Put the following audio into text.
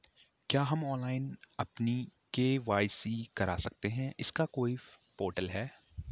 क्या हम ऑनलाइन अपनी के.वाई.सी करा सकते हैं इसका कोई पोर्टल है?